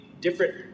different